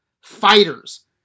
Fighters